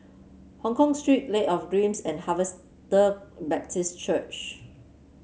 Hongkong Street Lake of Dreams and Harvester Baptist Church